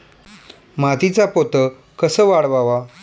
मातीचा पोत कसा वाढवावा?